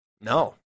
No